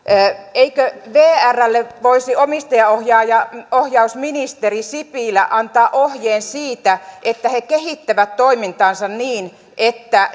eikö vrlle voisi omistajaohjausministeri sipilä antaa ohjeen siitä että he kehittävät toimintaansa niin että